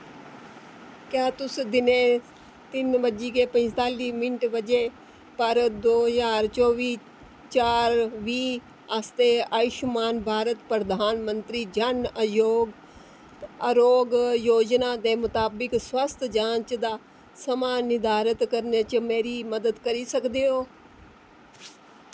क्या तुस दिनै तिन्न बज्जियै पंजताली बजे पर दो ज्हार चौह्बी चार बीह् आस्तै आयुश्मान भारत प्रधान मंत्री जन आरोग्य योजना दे मताबक स्वास्थ जांच दा समां निर्धारित करने च मेरी मदद करी सकदे ओ